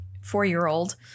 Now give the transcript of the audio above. four-year-old